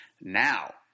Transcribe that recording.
now